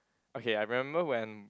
okay I remember when